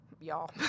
Y'all